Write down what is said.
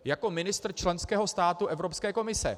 Jako ministr členského státu Evropské komise.